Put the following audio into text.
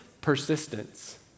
persistence